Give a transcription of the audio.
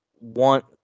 want